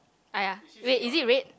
!aiya! wait is it red